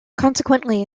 consequently